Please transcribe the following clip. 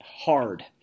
hard